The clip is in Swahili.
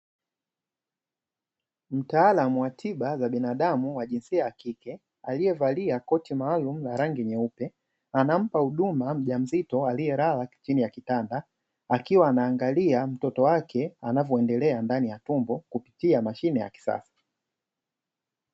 Mtaalamu wantiba za binadamu wa jinsia ya kike, aliyevalia koti maalumu la rangi nyeupe, anampa huduma mjamzito aliyelala chini ya kitanda, akiwa anaangalia mtoto wake anavyoendelea ndani ya tumbo kupitia mashine ya kisasa.